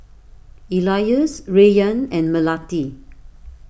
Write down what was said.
Elyas Rayyan and Melati